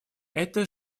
это